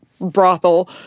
brothel